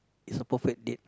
is a perfect date